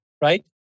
right